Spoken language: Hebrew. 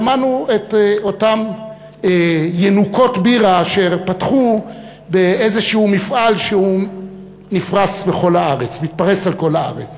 שמענו את אותם ינוקות בירה אשר פתחו איזשהו מפעל שנפרס על כל הארץ